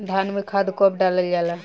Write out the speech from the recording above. धान में खाद कब डालल जाला?